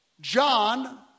John